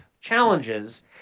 challenges